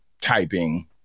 typing